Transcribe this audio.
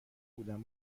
بودم